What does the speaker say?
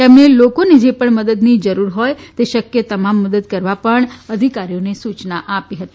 તેમણે લોકોને જે પણ મદદની જરૂર હોય તે શક્ય તમામ મદદ કરવા પણ અધિકારીઓને સૂચના આપી હતી